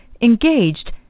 engaged